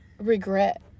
regret